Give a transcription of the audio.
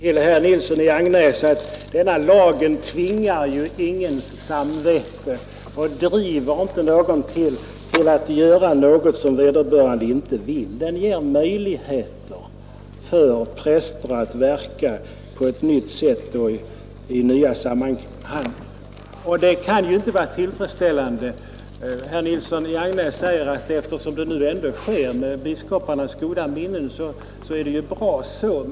Herr talman! Denna lag, herr Nilsson i Agnäs, tvingar ingens samvete och driver inte någon till att göra något som vederbörande inte vill vara med om, men den ger prästerna möjligheter att verka på ett nytt sätt och i nya sammanhang. Herr Nilsson säger att eftersom det sker med biskoparnas goda minne är det väl bra som det är.